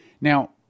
Now